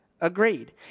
agreed